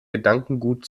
gedankengut